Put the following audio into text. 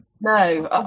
no